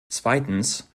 zweitens